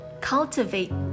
Cultivate